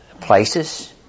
places